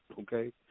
okay